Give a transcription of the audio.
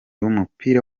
w’umupira